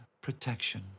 protection